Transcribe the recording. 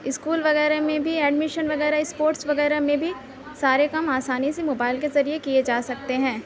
school وغیرہ میں بھی ایڈمیشن وغیرہ اسپورٹس وغیرہ میں بھی سارے کام آسانی سے موبائل کے ذریعے کیے جا سکتے ہیں